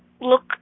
look